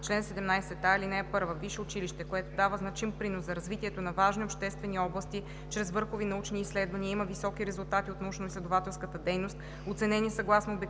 чл. 17а: „Чл. 17а. (1) Висше училище, което дава значим принос за развитието на важни обществени области чрез върхови научни изследвания и има високи резултати от научноизследователска дейност, оценени съгласно обективни